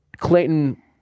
Clayton